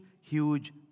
huge